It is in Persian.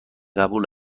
قبول